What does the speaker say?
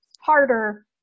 harder